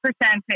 percentage